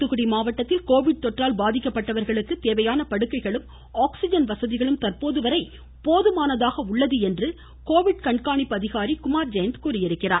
தூத்துக்குடி மாவட்டத்தில் கோவிட் கொற்றால் பாதிக்கப்பட்டவர்களுக்கு தேவையான படுக்கைகளும் வரை போதுமானதாக உள்ளது என்று கோவிட் கண்காணிப்பு அதிகாரி குமார் ஜெயந்த் தெரிவித்திருக்கிறார்